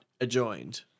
adjoined